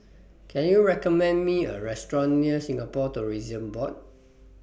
Can YOU recommend Me A Restaurant near Singapore Tourism Board